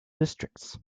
districts